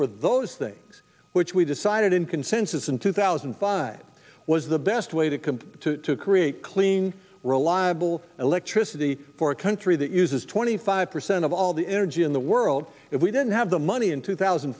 for those things which we decided in consensus in two thousand and five was the best way to come to create clean reliable electricity for a country that uses twenty five percent of all the energy in the world if we didn't have the money in two thousand